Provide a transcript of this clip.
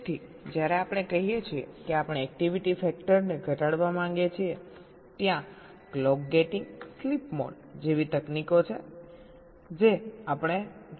તેથી જ્યારે આપણે કહીએ છીએ કે આપણે એકટીવીટી ફેક્ટર ને ઘટાડવા માંગીએ છીએ ત્યાં ક્લોક ગેટિંગ સ્લીપ મોડ જેવી તકનીકો છે આપણે જોશું કે આ અપનાવી શકાય છે